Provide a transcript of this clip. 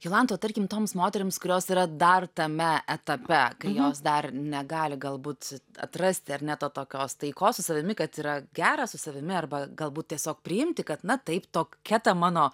jolanta o tarkim toms moterims kurios yra dar tame etape kai jos dar negali galbūt atrasti ar ne to tokios taikos su savimi kad yra gera su savimi arba galbūt tiesiog priimti kad na taip tokia ta mano